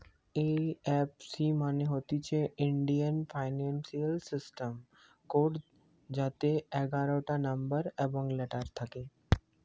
এই F C মানে হতিছে ইন্ডিয়ান ফিনান্সিয়াল সিস্টেম কোড যাতে এগারটা নম্বর এবং লেটার থাকে